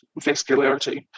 vascularity